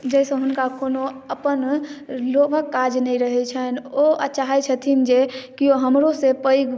जाहिसँ हुनका कोनो अप्पन लोभक काज नहि रहै छनि ओ चाहै छथिन जे केओ हमरो सऽ पैघ